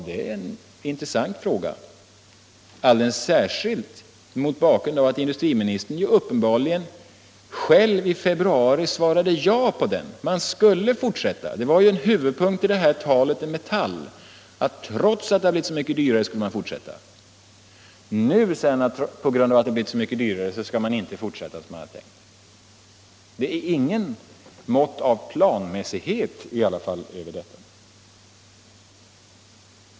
Det är en intressant fråga, alldeles särskilt mot bakgrund av att industriministern uppenbarligen själv i februari svarade ja på den. Man skulle fortsätta. Det var ju en huvudpunkt i talet i Metall att trots att det hade blivit så mycket dyrare skulle man fortsätta. Nu säger industriministern att på grund av att det har blivit så mycket dyrare skall man inte fortsätta som man hade tänkt. Det finns i varje fall inget mått av planmässighet över detta.